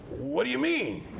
what do you mean?